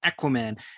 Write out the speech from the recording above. Aquaman